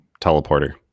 teleporter